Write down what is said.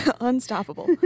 Unstoppable